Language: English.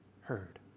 heard